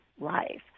life